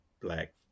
Black